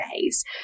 days